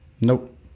Nope